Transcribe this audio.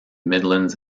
midlands